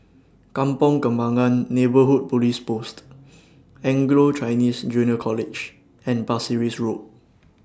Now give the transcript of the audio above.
Kampong Kembangan Neighbourhood Police Post Anglo Chinese Junior College and Pasir Ris Road